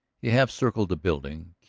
he half-circled the building,